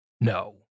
No